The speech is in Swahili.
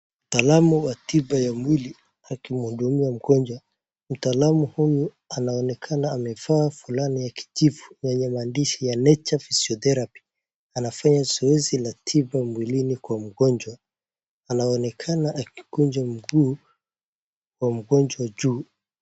Mtaalamu wa tiba ya mwili akimhudumia mgonjwa. Mtaalamu huyu anaonekana amevaa fulana ya kijivu yenye maandishi ya nature physiotherapy . Anafanya zoezi la tiba mwilini kwa mgonjwa. Anaonekana akikuja mguu wa mgonjwa juu.